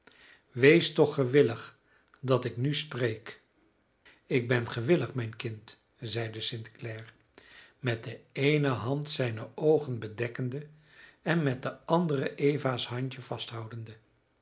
wees toch gewillig dat ik nu spreek ik ben gewillig mijn kind zeide st clare met de eene hand zijne oogen bedekkende en met de andere eva's handje vasthoudende